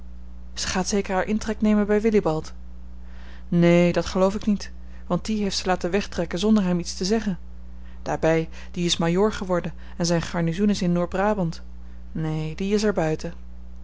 gaat zeker haar intrek nemen bij willibald neen dat geloof ik niet want dien heeft ze laten wegtrekken zonder hem iets te zeggen daarbij die is majoor geworden en zijn garnizoen is in noord-brabant neen die is er buiten